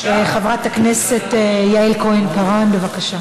חברת הכנסת יעל כהן-פארן, בבקשה.